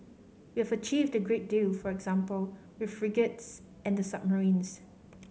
we've achieved a great deal for example with frigates and the submarines